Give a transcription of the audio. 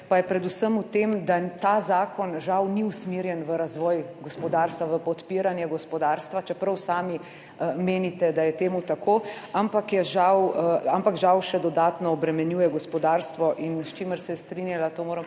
pa je predvsem v tem, da ta zakon žal ni usmerjen v razvoj gospodarstva, v podpiranje gospodarstva, čeprav sami menite, da je temu tako. Ampak žal še dodatno obremenjuje gospodarstvo, s čimer se je strinjala, to moram